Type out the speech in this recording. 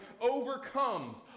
overcomes